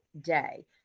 day